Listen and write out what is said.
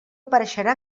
apareixerà